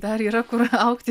dar yra kur augti